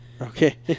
Okay